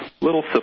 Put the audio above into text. little